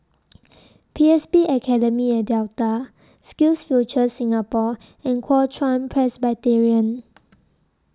P S B Academy At Delta SkillsFuture Singapore and Kuo Chuan Presbyterian